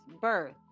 birth